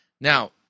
Now